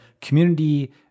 community